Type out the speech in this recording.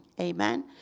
Amen